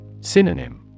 SYNONYM